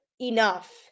enough